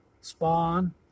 spawn